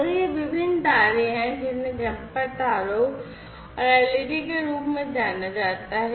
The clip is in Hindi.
तो ये विभिन्न तारे हैं जिन्हें जम्पर तारों और एलईडी के रूप में जाना जाता है